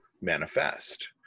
manifest